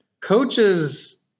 coaches